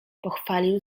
pochwalił